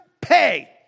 pay